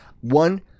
One